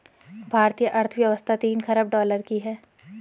भारतीय अर्थव्यवस्था तीन ख़रब डॉलर की है